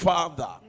Father